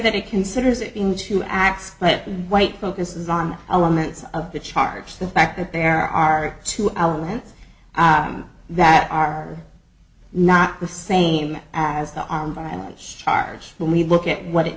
that it considers it in two acts latin white focuses on elements of the charge the fact that there are two elements that are not the same as the on violence charge when we look at what it